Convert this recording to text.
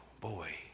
boy